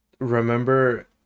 Remember